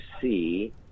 see